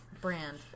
Brand